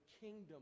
kingdom